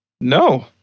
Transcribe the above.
No